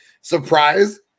surprise